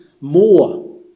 more